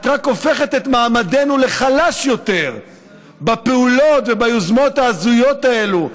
את רק הופכת את מעמדנו לחלש יותר בפעולות וביוזמות ההזויות האלה,